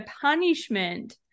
punishment